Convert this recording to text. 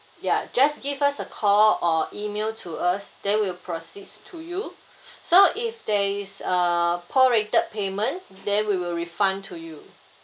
ya just give us a call or email to us then we'll proceeds to you so if there is a pro rated payment then we will refund to you